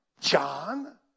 John